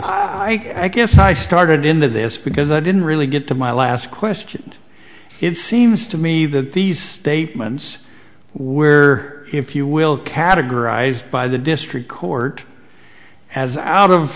interested i guess i started into this because i didn't really get to my last question and it seems to me that these statements where if you will categorize by the district court as out of